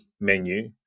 menu